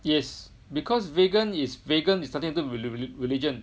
yes because vegan is vegan is nothing to do with with religion